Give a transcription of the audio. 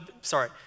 sorry